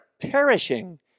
perishing